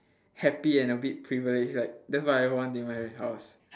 happy and a bit privileged like that's what I want in my house